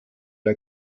der